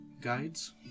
guides